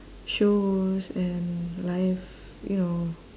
shows and live you know